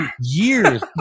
years